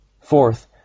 Fourth